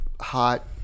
hot